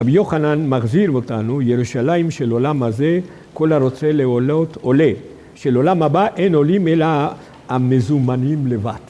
רבי יוחנן מחזיר אותנו, ירושלים של עולם הזה, כל הרוצה לעלות עולה. של עולם הבא אין עולים אלא המזומנים לבד.